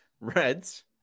Reds